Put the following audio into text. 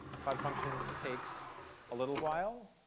cloud functions takes a little while